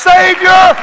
Savior